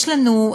יש לנו,